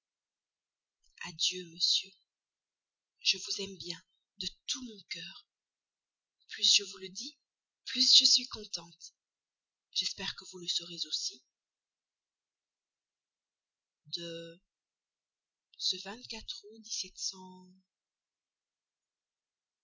adieu monsieur je vous aime bien de tout mon cœur plus je vous le dis plus je suis contente j'espère que vous le serez aussi de ce